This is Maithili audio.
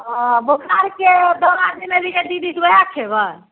बोखारके दवाइ देने रहियै दीदी से उएह खेबै